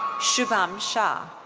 shubham shah.